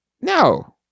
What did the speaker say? No